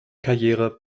karriere